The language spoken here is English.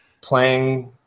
playing